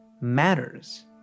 matters